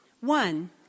One